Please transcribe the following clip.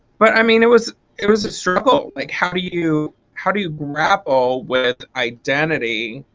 but i mean it was it was a struggle like how do you how do you grapple with identity,